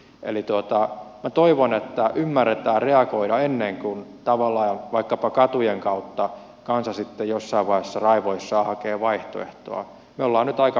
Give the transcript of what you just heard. eli minä toivon että ymmärretään reagoida ennen kuin tavallaan vaikkapa katujen kautta kansa sitten jossain vaiheessa raivoissaan hakee vaihtoehtoa jolla nyt aika